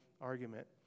argument